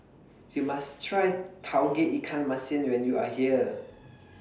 YOU must Try Tauge Ikan Masin when YOU Are here